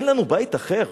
אין לנו בית אחר.